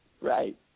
Right